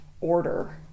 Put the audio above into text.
order